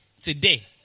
Today